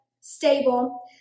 stable